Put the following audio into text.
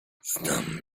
znam